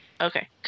Okay